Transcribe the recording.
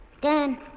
Dan